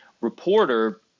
reporter